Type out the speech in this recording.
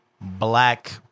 black